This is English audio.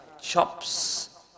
chops